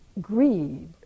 greed